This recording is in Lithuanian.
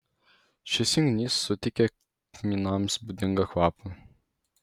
šis junginys suteikia kmynams būdingą kvapą